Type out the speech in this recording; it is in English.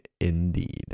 indeed